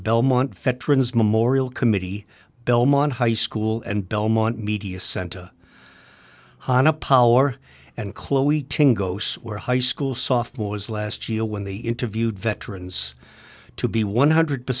belmont veterans memorial committee belmont high school and belmont media center on a power and chloe were high school sophomore was last year when they interviewed veterans to be one hundred